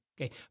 Okay